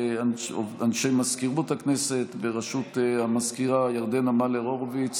לאנשי מזכירות הכנסת בראשות המזכירה ירדנה מלר הורוביץ